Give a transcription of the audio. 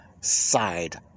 side